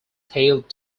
tailed